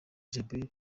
djabel